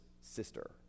sister